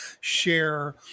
share